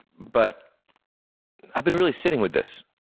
but i've been really sitting with this.